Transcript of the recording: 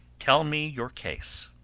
tell me your case.